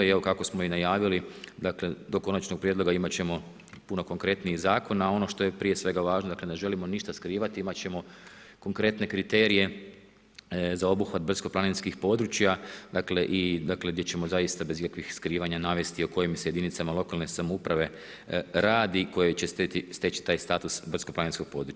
I evo kako smo i najavili dakle do konačnog prijedloga imati ćemo puno konkretniji zakon a ono što je prije svega važno, dakle ne želimo ništa skrivati, imati ćemo konkretne kriterije za obuhvat brdsko-planinskih područja gdje ćemo zaista bez ikakvih skrivanja navesti o kojim se jedinicama lokalne samouprave radi koje će steći taj status brdsko-planinskog područja.